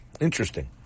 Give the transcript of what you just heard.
Interesting